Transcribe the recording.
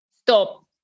stop